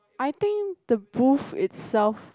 I think the booth itself